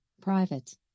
private